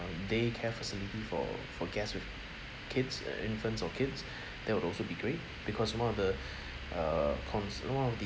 day care facility for for guests with kids infants or kids that would also be great because one of the uh conce~ one of the